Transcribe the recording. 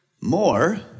more